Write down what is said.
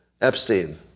Epstein